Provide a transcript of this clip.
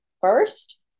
first